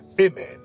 Amen